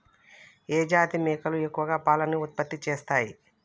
ఏ జాతి మేకలు ఎక్కువ పాలను ఉత్పత్తి చేస్తయ్?